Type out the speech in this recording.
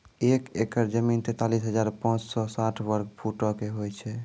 एक एकड़ जमीन, तैंतालीस हजार पांच सौ साठ वर्ग फुटो के होय छै